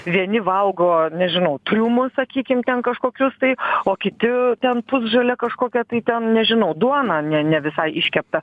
vieni valgo nežinau trumus sakykim ten kažkokius tai o kiti ten pusžalią kažkokią tai ten nežinau duoną ne ne visai iškeptą